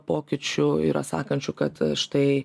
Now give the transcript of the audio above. pokyčių yra sakančių kad štai